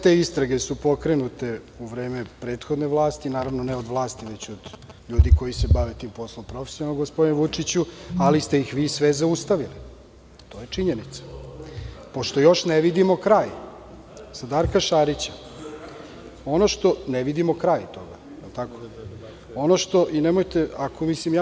Sve te istrage su pokrenute u vreme prethodne vlasti, naravno ne od vlasti već od ljudi koji se bave tim poslom profesionalno, gospodine Vučiću, ali ste ih vi sve zaustavili, to je činjenica, pošto još ne vidimo kraj za Darka Šarića, ne vidimo kraj toga, to je činjenica.